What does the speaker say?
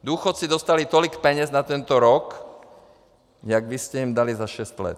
Důchodci dostali tolik peněz za tento rok, jak vy jste jim dali za šest let.